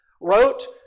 wrote